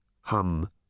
hum